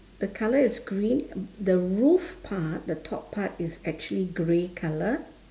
the colour is green the roof part the top part is actually grey colour